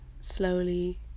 slowly